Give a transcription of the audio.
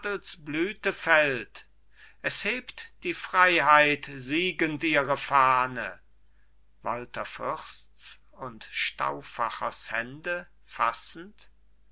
fällt es hebt die freiheit siegend ihre fahne walther fürsts und stauffachers hände fassend